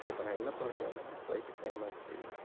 சரி இப்போ நான் என்ன பண்ணட்டும் எனக்கு ஃப்ளைட்டுக்கு டைம் ஆச்சி